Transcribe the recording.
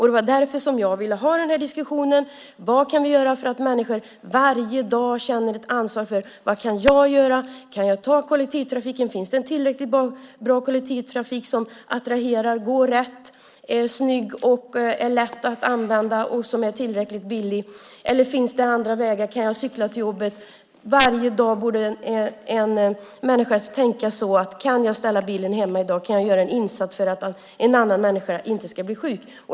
Det var därför som jag ville ha denna diskussion om vad vi kan göra för att människor varje dag ska känna ansvar för vad de kan göra. Kan man använda kollektivtrafiken? Finns det en tillräckligt bra kollektivtrafik som attraherar - som går i rätt tid, är snygg, lätt att använda och tillräckligt billig? Finns det andra vägar? Kan man cykla till jobbet? Varje dag borde människor tänka: Kan man ställa bilen hemma i dag? Kan man göra en insats för att en annan människa inte ska bli sjuk?